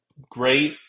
great